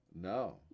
No